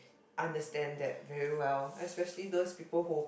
understand that very well especially those people who